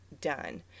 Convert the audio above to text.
done